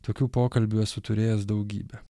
tokių pokalbių esu turėjęs daugybę